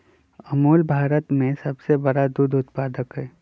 अमूल भारत में सबसे बड़ा दूध उत्पादक हई